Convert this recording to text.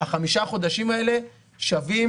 חמשת החודשים האלה שווים